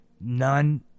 none